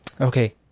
Okay